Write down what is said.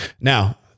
Now